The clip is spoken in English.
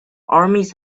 armies